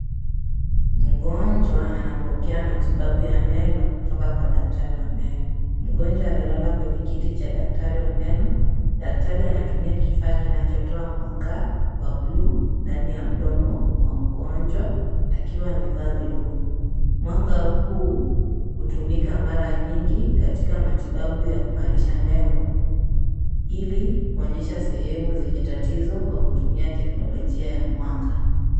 Mgonjwa anapokea matibabu ya meno kutoka kwa daktari wa meno. Mgonjwa amelala kwenye kiti cha daktari wa meno. Daktari anatumia kifaa kinachotoa mwanga wa buluu ndani ya mdomo wa mgonjwa akiwa amevaa glovu. Mwanga huu hutumika mara nyingi katika matibabu ya kung'arisha meno ili kuonyesha sehemu zenye tatizo kwa kutumia teknolojia ya mwanga.